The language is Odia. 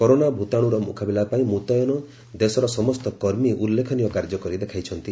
କରୋନା ଭୂତାଶୁର ମୁକାବିଲା ପାଇଁ ମୁତୟନ ଦେଶର ସମସ୍ତ କର୍ମୀ ଉଲ୍ଲେଖନୀୟ କାର୍ଯ୍ୟ କରି ଦେଖାଇଛନ୍ତି